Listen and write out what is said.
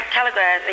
telegraph